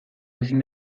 ezin